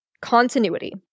continuity